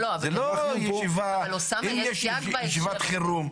אם יש ישיבת חירום,